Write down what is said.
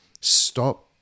stop